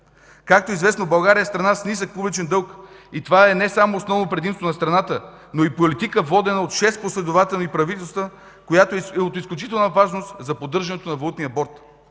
Както е известно, България е страна с нисък публичен дълг и това е не само основно предимство на страната, но и политика водена от шест последователни правителства, която е от изключителна важност за поддържането на Валутния борд.